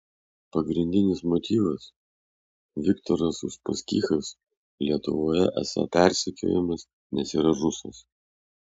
pagrindinis motyvas viktoras uspaskichas lietuvoje esą persekiojamas nes yra rusas